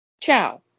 Ciao